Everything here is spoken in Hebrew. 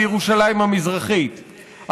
בירושלים המזרחית,